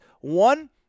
One